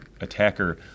attacker